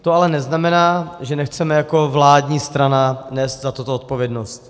To ale neznamená, že nechceme jako vládní strana nést za toto odpovědnost.